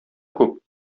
күп